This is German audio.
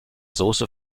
soße